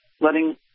letting